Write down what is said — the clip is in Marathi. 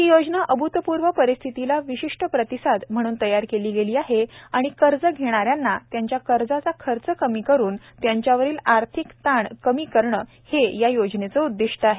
ही योजना अभूतपूर्व परिस्थितीला विशिष्ट प्रतिसाद म्हणून तयार केली गेली आहे आणि कर्ज घेणाऱ्यांना त्यांच्या कर्जाचा खर्च कमी करून त्यांच्यावरील आर्थिक ताण कमी करणे हे उद्दीष्ट आहे